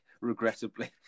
Regrettably